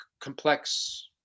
complex